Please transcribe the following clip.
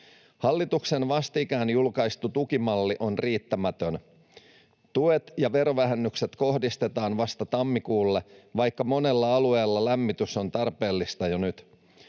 Hallituksen vastikään julkaistu tukimalli on riittämätön. Tuet ja verovähennykset kohdistetaan vasta tammikuulle, vaikka monella alueella lämmitys on tarpeellista jo nyt.